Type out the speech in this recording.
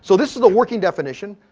so this is the working definition.